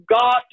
God